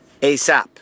ASAP